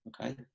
okay